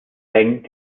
eng